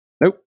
Nope